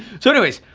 so anyways,